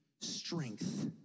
strength